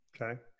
Okay